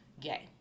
gay